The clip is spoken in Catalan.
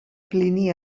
plini